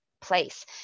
place